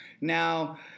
Now